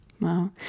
Wow